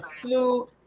flu